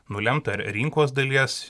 nulemta ir rinkos dalies